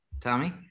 Tommy